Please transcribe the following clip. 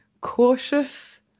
cautious